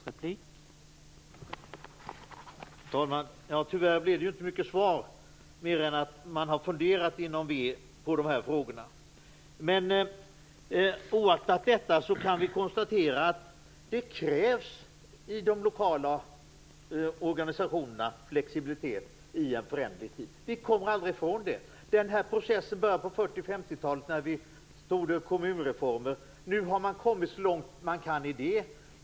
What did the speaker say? Herr talman! Det blev tyvärr inte mycket svar, mer än att man inom Vänsterpartiet har funderat på de här frågorna. Oaktat detta kan vi konstatera att det i de lokala organisationerna krävs flexibilitet i en föränderlig tid. Vi kommer aldrig ifrån det. Den här processen började på 1940 och 1950-talet när vi gjorde kommunreformer. Nu har man kommit så långt man kan där.